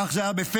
כך זה היה בפברואר,